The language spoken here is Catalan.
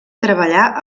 treballar